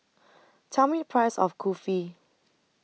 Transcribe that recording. Tell Me The Price of Kulfi